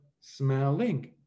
smelling